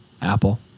Apple